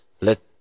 Let